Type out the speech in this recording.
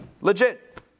legit